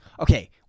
Okay